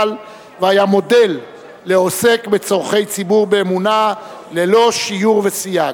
והיה מודל לעוסק בצורכי ציבור באמונה ללא שיור וסייג.